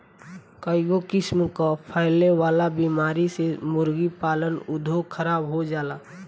कईगो किसिम कअ फैले वाला बीमारी से मुर्गी पालन उद्योग खराब हो जाला